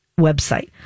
website